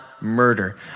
murder